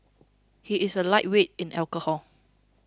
he is a lightweight in alcohol